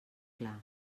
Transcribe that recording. clar